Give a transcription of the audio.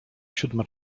siódma